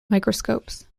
microscopes